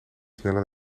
sneller